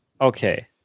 Okay